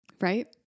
right